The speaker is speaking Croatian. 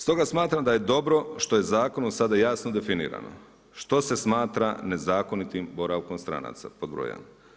Stoga smatram da je dobro što je zakonom sada jasno definirano što se smatra nezakonitim boravkom stranaca, pod broj jedan.